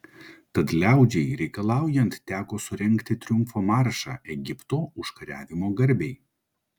tad liaudžiai reikalaujant teko surengti triumfo maršą egipto užkariavimo garbei